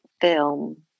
film